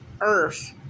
earth